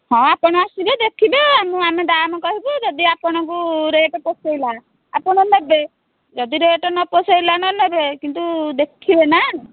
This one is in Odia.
ହଁ ଆପଣ ଆସିବେ ଦେଖିବେ ଆମେ ଦାମ୍ କହିବୁ ଯଦି ଆପଣଙ୍କୁ ରେଟ୍ ପୋଷେଇଲା ଆପଣ ନେବେ ଯଦି ରେଟ୍ ନ ପୋଷେଇଲା ନ ନେବେ କିନ୍ତୁ ଦେଖିବେ ନା